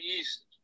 East